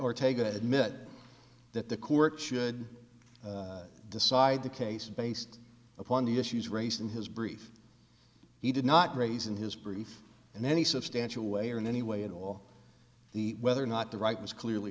ortega admit that the court should decide the case based upon the issues raised in his brief he did not raise in his brief in any substantial way or in any way at all the whether or not the right was clearly